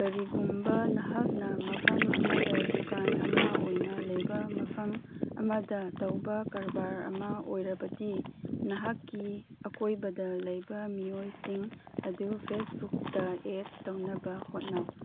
ꯀꯔꯤꯒꯨꯝꯕ ꯅꯍꯥꯛꯅ ꯃꯐꯝ ꯑꯃꯗ ꯗꯨꯀꯥꯟ ꯑꯃ ꯑꯣꯏꯅ ꯂꯩꯕ ꯃꯐꯝ ꯑꯃꯗ ꯇꯧꯕ ꯀꯥꯔꯕꯥꯔ ꯑꯃ ꯑꯣꯏꯔꯕꯗꯤ ꯅꯍꯥꯛꯀꯤ ꯑꯀꯣꯏꯕꯗ ꯂꯩꯕ ꯃꯤꯑꯣꯏꯁꯤꯡ ꯑꯗꯨ ꯐꯦꯁꯕꯨꯛꯇ ꯑꯦꯠ ꯇꯧꯅꯕ ꯍꯣꯠꯅꯧ